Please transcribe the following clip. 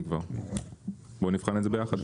2024, בוא נבחן את זה ביחד.